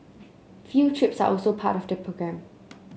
field trips are also part of the programme